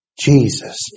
Jesus